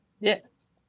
Yes